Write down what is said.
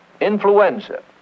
influenza